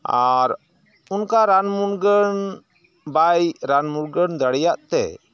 ᱟᱨ ᱩᱱᱠᱟ ᱨᱟᱱ ᱢᱩᱱᱜᱟᱹᱱ ᱵᱟᱭ ᱨᱟᱱ ᱢᱩᱨᱜᱟᱹᱱ ᱫᱟᱲᱮᱭᱟᱜ ᱛᱮ